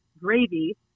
gravy